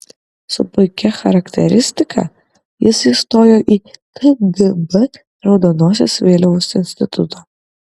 su puikia charakteristika jis įstojo į kgb raudonosios vėliavos institutą